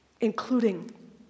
including